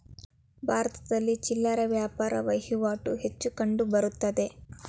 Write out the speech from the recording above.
ಭಾರತದಲ್ಲಿ ಚಿಲ್ಲರೆ ವ್ಯಾಪಾರ ವಹಿವಾಟು ಹೆಚ್ಚು ಕಂಡುಬರುತ್ತದೆ